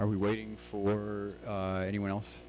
are we waiting for anyone else